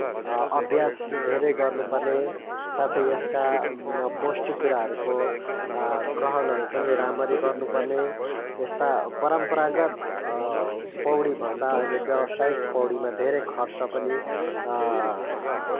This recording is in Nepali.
अभ्यास धेरै गर्नुपर्ने साथै यसका पौष्टिक कुराहरूको ग्रहणहरू पनि राम्ररी गर्नुपर्ने यस्ता परम्परागत पौडीभन्दा अहिले व्यावसायिक पौडीमा धेरै खर्च पनि